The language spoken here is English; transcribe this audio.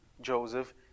Joseph